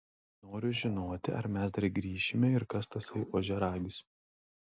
noriu žinoti ar mes dar grįšime ir kas tasai ožiaragis